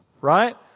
right